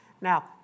Now